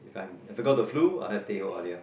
time I forgot the flu I got teh O alia